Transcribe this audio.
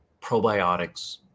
probiotics